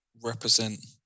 represent